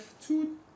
two